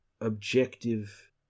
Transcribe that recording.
objective